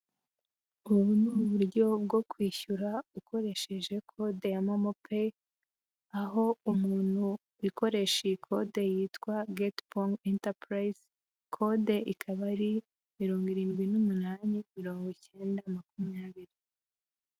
Ubu ni uburyo bwo kwishyura ukoresheje kode ya momo payi, aho umuntu ukoresha iyi kode yitwa Getpong Enterprise, kode ikaba ari mirongo irindwi n'umunani mirongo icyenda makumyabiri.